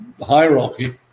hierarchy